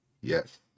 Yes